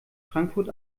frankfurt